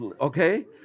Okay